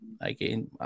again